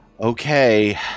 Okay